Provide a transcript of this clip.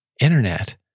internet